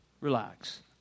relax